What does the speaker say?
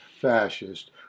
fascist